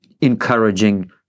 encouraging